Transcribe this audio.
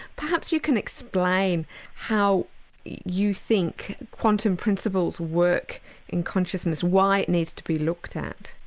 perhaps you can explain how you think quantum principles work in consciousness, why it needs to be looked at?